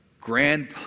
Grand